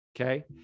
Okay